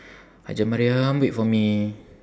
hajjah mariam wait for me